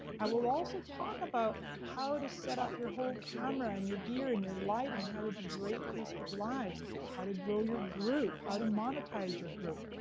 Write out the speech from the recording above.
i will also talk about how to set up your whole camera, and your gear, and your lighting, and how to do great facebook lives. how to grow your group. how to monetize your group.